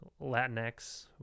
Latinx